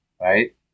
Right